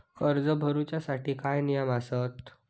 कर्ज भरूच्या साठी काय नियम आसत?